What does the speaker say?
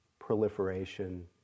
proliferation